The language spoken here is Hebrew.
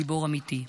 גיבור אמיתי.